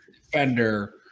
Defender